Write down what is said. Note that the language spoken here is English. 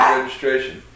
registration